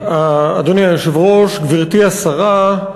אדוני היושב-ראש, גברתי השרה,